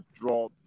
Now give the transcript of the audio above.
draw